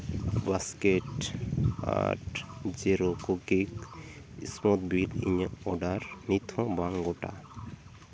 basket ᱟᱴᱟ ᱡᱤᱨᱟ cookies ᱤᱥᱢᱳᱠ ᱵᱷᱤᱜᱽ ᱤᱧᱟᱹᱜ ᱚᱰᱟᱨ ᱱᱤᱛᱦᱚᱸ ᱵᱟᱝ ᱜᱚᱴᱟ ᱟᱠᱟᱱᱟ